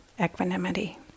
equanimity